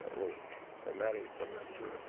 we managed to live through